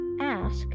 ask